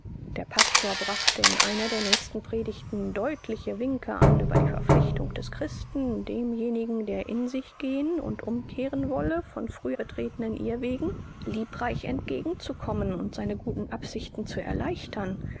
der pastor brachte in einer der nächsten predigten deutliche winke an über die verpflichtung des christen demjenigen der in sich gehen und umkehren wolle von früh betretenen irrwegen liebreich entgegenzukommen und seine guten absichten zu erleichtern